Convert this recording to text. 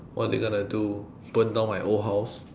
what they gonna do burn down my old house